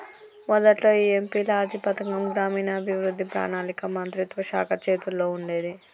మొదట్లో ఈ MP LADS పథకం గ్రామీణాభివృద్ధి పణాళిక మంత్రిత్వ శాఖ చేతుల్లో ఉండేది